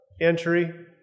entry